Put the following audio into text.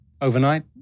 Overnight